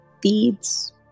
beads